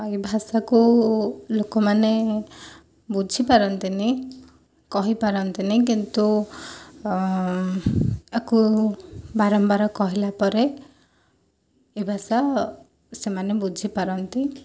ଏଇ ଭାଷାକୁ ଲୋକମାନେ ବୁଝିପାରନ୍ତିନି କହିପାରନ୍ତିନି କିନ୍ତୁ ଆକୁ ବାରମ୍ବାର କହିଲା ପରେ ଏ ଭାଷା ସେମାନେ ବୁଝିପାରନ୍ତି